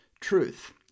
truth